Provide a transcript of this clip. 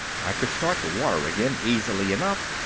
i could start the water again easily enough,